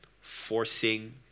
forcing